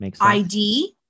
ID